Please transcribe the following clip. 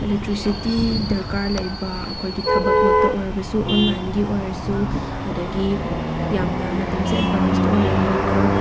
electricity ꯗꯔꯀꯥꯔ ꯂꯩꯕ ꯑꯈꯣꯏꯒꯤ ꯊꯕꯛꯃꯛꯇ ꯑꯣꯏꯔꯕꯁꯨ ꯑꯣꯟꯂꯥꯏꯟꯒꯤ ꯑꯣꯏꯔꯁꯨ ꯑꯗꯒꯤ ꯌꯥꯝꯅ ꯃꯇꯝꯁꯦ ꯑꯦꯗꯚꯥꯟꯁ ꯑꯣꯏꯔꯕꯅꯤꯅ